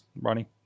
Ronnie